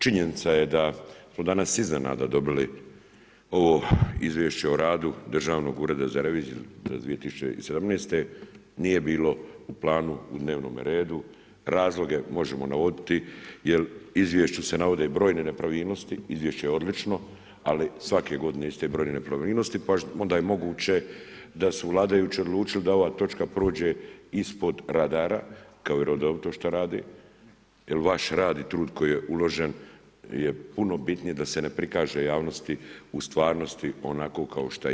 Činjenica je da smo danas iznenada dobili ovo Izvješće o radu Državnog ureda za reviziju za 2017., nije bilo u planu u dnevnom redu. razloge možemo navoditi jel u izvješću se navode brojne nepravilnosti, izvješće je odlično, ali svake godine iste brojne nepravilnosti, onda je moguće da su vladajući odlučili da ova točka prođe ispod radara kao i redovito što rade jer vaš rad i trud koji je uložen je puno bitnije da se ne prikaže javnosti u stvarnosti onako kao što je.